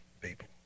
people